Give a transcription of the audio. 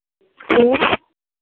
hello